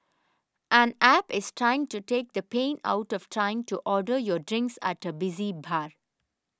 an App is trying to take the pain out of trying to order your drinks at a busy bar